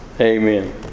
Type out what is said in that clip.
Amen